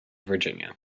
virginia